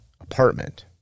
apartment